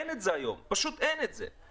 אין את זה היום, פשוט אין את זה.